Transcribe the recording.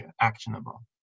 actionable